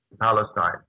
Palestine